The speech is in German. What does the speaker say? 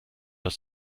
das